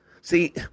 See